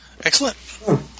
Excellent